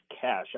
cash